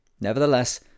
Nevertheless